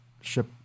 ship